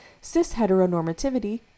cis-heteronormativity